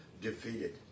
defeated